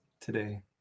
today